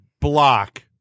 block